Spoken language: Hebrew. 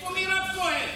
איפה מירב כהן?